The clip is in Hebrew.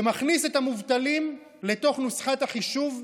שמכניס את המובטלים לתוך נוסחת החישוב,